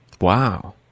Wow